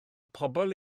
pobl